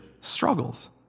struggles